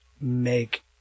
make